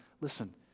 listen